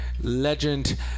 legend